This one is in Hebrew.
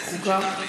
אולי לוועדת הכנסת,